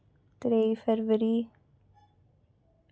त्रेई फरवरी